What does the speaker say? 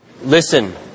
Listen